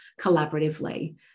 collaboratively